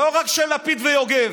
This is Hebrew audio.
לא רק של לפיד ויוגב.